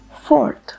Fourth